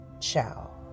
Ciao